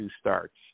starts